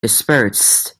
dispersed